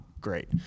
great